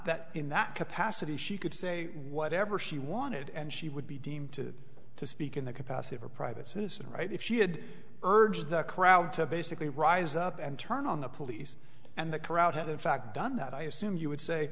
that in that capacity she could say whatever she wanted and she would be deemed to to speak in the capacity of a private citizen right if she did urge the crowd to basically rise up and turn on the police and the crowd had in fact done that i assume you would say